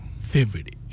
favorite